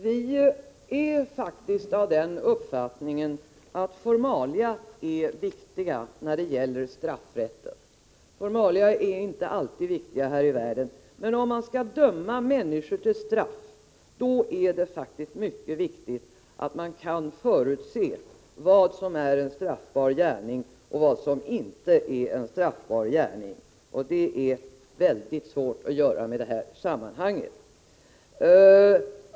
Vi är faktiskt av den uppfattningen att formalia är viktiga när det gäller straffrätten. Formalia är inte alltid viktiga här i världen, men om man skall döma människor till straff är det verkligen mycket viktigt att man kan förutse vad som är en straffbar gärning och vad som inte är det. Det är det väldigt svårt att göra i de här sammanhangen.